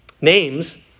Names